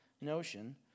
notion